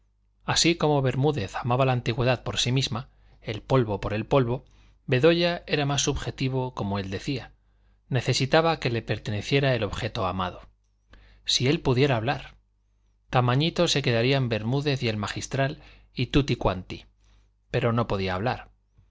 así como bermúdez amaba la antigüedad por sí misma el polvo por el polvo bedoya era más subjetivo como él decía necesitaba que le perteneciera el objeto amado si él pudiera hablar tamañitos se quedarían bermúdez y el magistral y tutti quanti pero no podía hablar